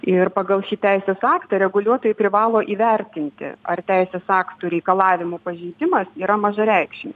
ir pagal šį teisės aktą reguliuotojai privalo įvertinti ar teisės aktų reikalavimų pažeidimas yra mažareikšmis